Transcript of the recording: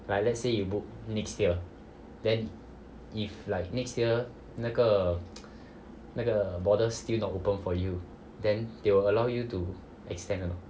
like let's say you book next year then if like next year 那个 那个 border still not open for you then they will allow you to extend or not